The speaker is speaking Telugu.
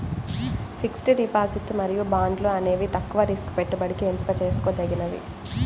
ఫిక్స్డ్ డిపాజిట్ మరియు బాండ్లు అనేవి తక్కువ రిస్క్ పెట్టుబడికి ఎంపిక చేసుకోదగినవి